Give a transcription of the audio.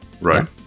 Right